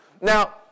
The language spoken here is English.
Now